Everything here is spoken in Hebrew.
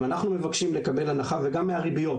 אם אנחנו מבקשים לקבל הנחה, וגם מהריביות.